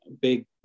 big